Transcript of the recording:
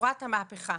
בשורת המהפכה.